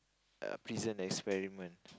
err Prison Experiment